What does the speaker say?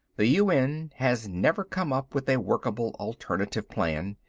the un has never come up with a workable alternative plan,